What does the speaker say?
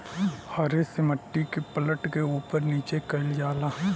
हरे से मट्टी के पलट के उपर नीचे कइल जाला